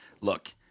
look